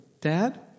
Dad